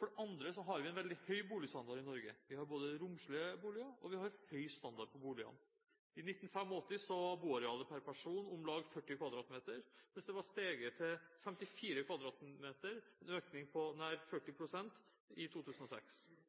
For det andre: Vi har en veldig høy boligstandard i Norge. Vi har både romslige boliger og høy standard på boligene. I 1985 var boarealet per person om lag 40 kvadratmeter, mens det var steget til 54 kvadratmeter, en økning på nær 40 pst., i 2006.